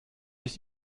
sich